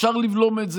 ל' מספרת: